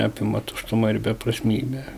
apima tuštuma ir beprasmybė